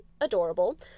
adorable—